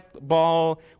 ball